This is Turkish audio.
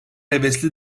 hevesli